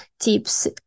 tips